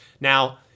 Now